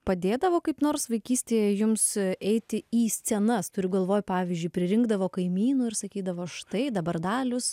padėdavo kaip nors vaikystėje jums eiti į scenas turiu galvoj pavyzdžiui pririnkdavo kaimynų ir sakydavo štai dabar dalius